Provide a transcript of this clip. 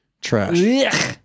Trash